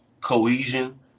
cohesion